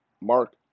Mark